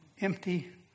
empty